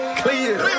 clear